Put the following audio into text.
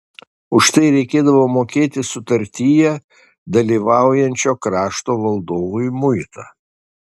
už tai reikėdavo mokėti sutartyje dalyvaujančio krašto valdovui muitą